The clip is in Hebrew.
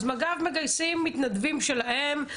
אז מג"ב מגייסים מתנדבים שלהם,